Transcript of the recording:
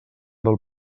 del